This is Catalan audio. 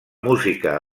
música